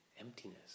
emptiness